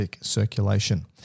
circulation